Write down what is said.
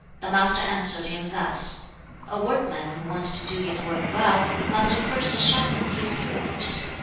the master answered him thus a workman who wants to do his work well must first sharpen his tools.